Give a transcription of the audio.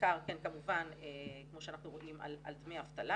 בעיקר כמובן כמו שאנחנו רואים, על דמי אבטלה